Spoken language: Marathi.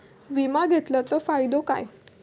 विमा घेतल्याचो फाईदो काय?